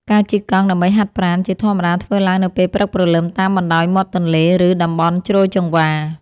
ការជិះកង់ដើម្បីហាត់ប្រាណ ជាធម្មតាធ្វើឡើងនៅពេលព្រឹកព្រលឹមតាមបណ្ដោយមាត់ទន្លេ ឬតំបន់ជ្រោយចង្វារ។